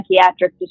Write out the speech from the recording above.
psychiatric